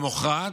ולמוחרת,